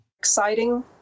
Exciting